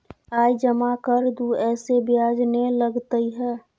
आय जमा कर दू ऐसे ब्याज ने लगतै है?